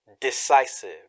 decisive